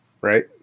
Right